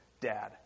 Dad